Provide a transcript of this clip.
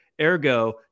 Ergo